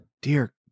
Dear